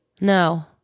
No